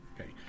Okay